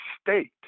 state